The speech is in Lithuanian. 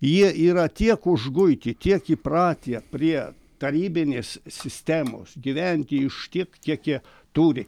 jie yra tiek užguiti tiek įpratę prie tarybinės sistemos gyventi iš tiek kiek jie turi